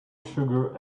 sugar